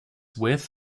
with